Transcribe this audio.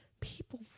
people